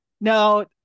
Now